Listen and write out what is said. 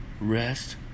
Rest